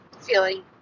feeling